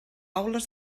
aules